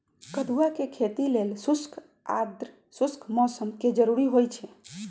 कदुआ के खेती लेल शुष्क आद्रशुष्क मौसम कें जरूरी होइ छै